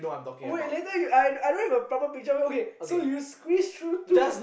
wait later you I I don't have a proper picture okay so you squeeze through two